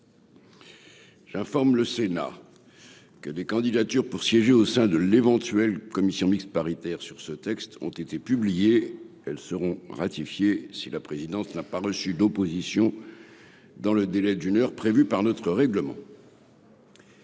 J'informe le Sénat que des candidatures pour siéger au sein de l'éventuelle commission mixte paritaire sur ce texte ont été publiées, elles seront ratifiées si la présidence n'a pas reçu d'opposition dans le délai d'une heure prévue par notre règlement.